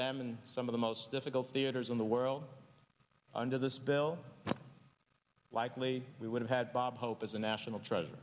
them in some of the most difficult theaters in the world under this bill likely we would have had bob hope as a national tr